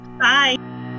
Bye